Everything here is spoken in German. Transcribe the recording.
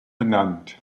benannt